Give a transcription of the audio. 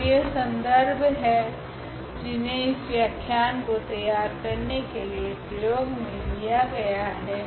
ओर यह संदर्भ है जिन्हे इस व्याख्यान को तैयार करने के लिए प्रयोग मे लिया गया है